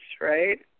right